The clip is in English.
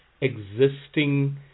existing